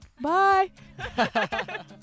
Bye